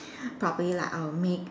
probably like I will make